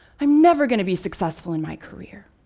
i am never going to be successful in my career.